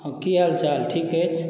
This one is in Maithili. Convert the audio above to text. हँ की हाल चाल ठीक अछि